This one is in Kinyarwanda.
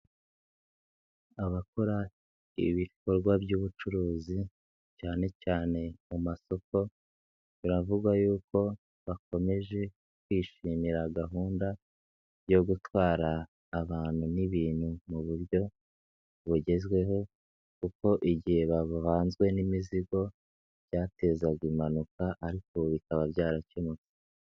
Abakora ibikorwa by'ubucuruzi, cyane cyane mu masoko, biravu yuko bakomeje kwishimira gahunda, yo gutwara abantu n'ibintu mu buryo bugezweho kuko igihe bavanzwe n'imizigo byatezaga impanuka, ariko ubu bikaba byarakemutse.